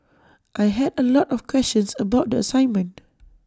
I had A lot of questions about the assignment